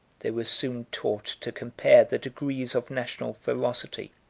they were soon taught to compare the degrees of national ferocity,